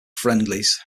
friendlies